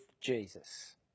Jesus